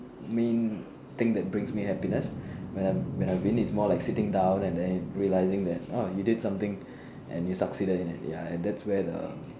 main thing that brings me happiness when I win is more like when I'm sitting down and realised that I succeeded and that's when